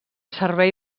servei